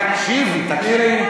תקשיבי, תקשיבי.